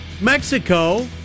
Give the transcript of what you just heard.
Mexico